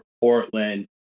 Portland